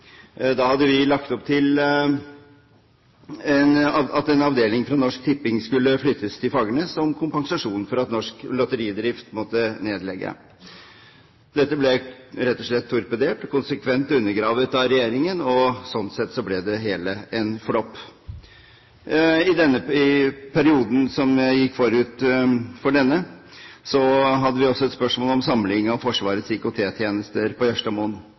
Da regjeringen Stoltenberg overtok etter regjeringen Bondevik, fikk vi eksempelvis i mitt hjemfylke en ordning etter den store endringen i spillpolitikken. Vi hadde lagt opp til at en avdeling av Norsk Tipping skulle flyttes til Fagernes, som kompensasjon for at Norsk Lotteridrift måtte nedlegge. Dette ble rett og slett torpedert og konsekvent undergravet av regjeringen. Slik sett ble det hele en flopp. I perioden som gikk forut for denne, hadde vi også et spørsmål om samling av Forsvarets